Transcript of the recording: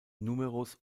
numerus